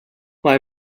mae